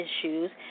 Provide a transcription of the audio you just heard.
issues